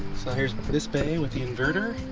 here's this baby with the inverter